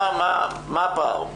מה הפער?